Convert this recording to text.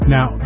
Now